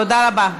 תודה רבה.